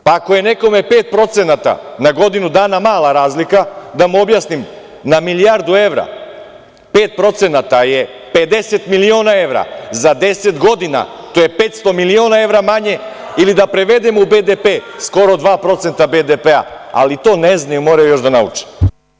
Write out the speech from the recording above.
Pa ako je nekome 5% na godinu dana mala razlika, da mu objasnim, na milijardu evra 5% je 50 miliona evra, za 10 godina to je 500 miliona evra manje, ili da prevedem u BDP, skoro 2% BDP-a, ali to ne znaju, moraju još da nauče.